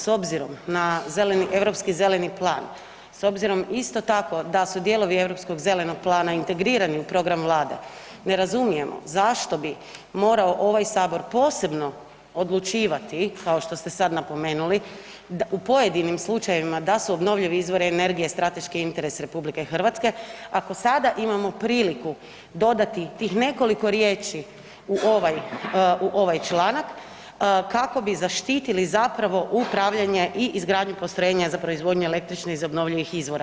S obzirom na europski zeleni plan, s obzirom isto tako da su dijelovi europskog zelenog plana integrirani u program Vlade, ne razumijemo zašto bi morao ovaj Sabor posebno odlučivati kao što ste sad napomenuli, u pojedinim slučajevima da su obnovljivi izvori energije strateški interes RH ako sada imamo priliku dodati tih nekoliko riječ u ovaj članak kako bi zaštitili zapravo upravljanje i izgradnju postrojenja za proizvodnju električne iz obnovljivih izvora.